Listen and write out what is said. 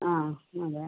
ആ അതെ